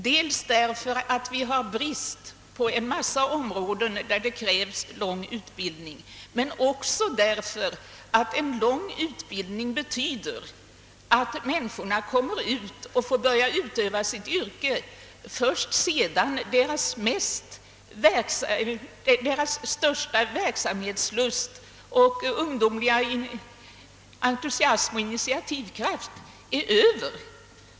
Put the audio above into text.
Dels råder det brist på folk på en mängd områden där det krävs lång utbildningstid, dels innebär en lång utbildningstid att människorna får börja utöva sitt yrke först sedan deras största verksamhetslust och ungdomliga entusiasm och initiativkraft är över.